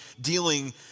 dealing